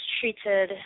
treated